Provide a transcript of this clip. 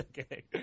Okay